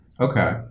Okay